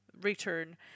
return